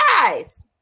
guys